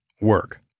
work